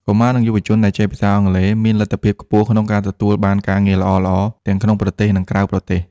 កុមារ និងយុវជនដែលចេះភាសាអង់គ្លេសមានលទ្ធភាពខ្ពស់ក្នុងការទទួលបានការងារល្អៗ ទាំងក្នុងប្រទេស និងក្រៅប្រទេស។